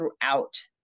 throughout